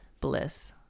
bliss